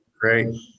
Great